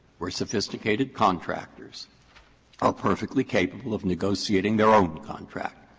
where sophisticated contractors are perfectly capable of negotiating their own contract,